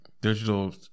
digital